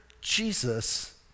Jesus